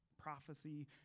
prophecy